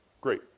great